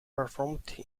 performed